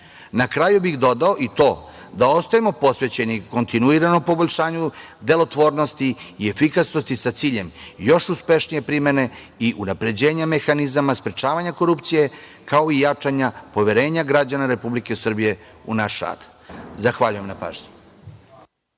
kraju bih dodao i to da ostajemo posvećeni kontinuiranom poboljšanju delotvornosti i efikasnosti sa ciljem još uspešnije primene i unapređenja mehanizama, sprečavanje korupcije, kao i jačanja poverenja građana Republike Srbije u naš rad. Zahvaljujem na pažnji.